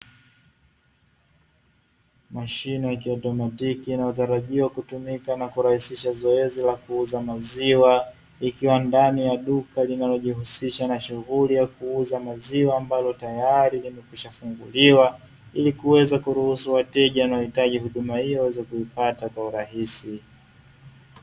Mashine iliyouza maziwa ambalo tayari limeshafunguliwa